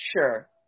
Sure